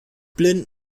blind